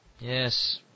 yes